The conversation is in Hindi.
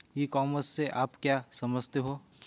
ई कॉमर्स से आप क्या समझते हो?